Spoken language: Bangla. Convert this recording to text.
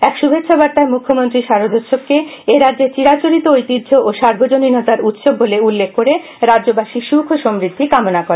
এক শুভেচ্ছাবার্তায় মুখ্যমন্ত্রী শারদোৎসবকে এ রাজ্যের চিরাচরিত ঐতিহ্য ও সার্বজনীনতার উৎসব বলে উল্লেখ করে রাজ্যবাসীর সুখ ও সমৃদ্ধি কামনা করেন